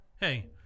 Hey